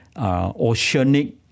Oceanic